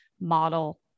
model